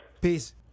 Peace